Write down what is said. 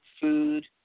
food